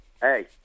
Hey